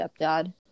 stepdad